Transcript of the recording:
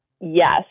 Yes